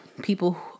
people